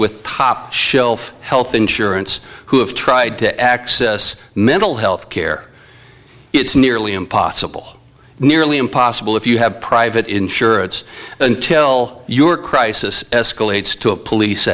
with top shelf health insurance who have tried to access mental health care it's nearly impossible nearly impossible if you have private insurance until your crisis escalates to a police